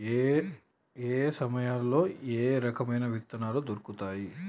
ఏయే సమయాల్లో ఏయే రకమైన విత్తనాలు దొరుకుతాయి?